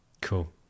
Cool